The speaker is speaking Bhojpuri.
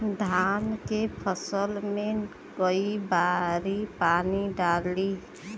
धान के फसल मे कई बारी पानी डाली?